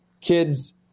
kids